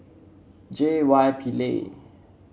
J Y Pillay